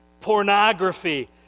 pornography